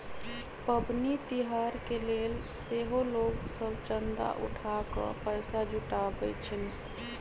पबनि तिहार के लेल सेहो लोग सभ चंदा उठा कऽ पैसा जुटाबइ छिन्ह